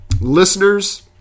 listeners